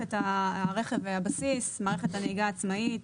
מערכת הרכב והבסיס, מערכת הנהיגה העצמאית,